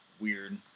weird